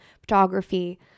photography